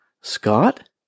Scott